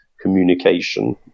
communication